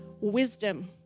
wisdom